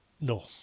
No